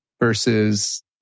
versus